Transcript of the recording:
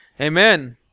Amen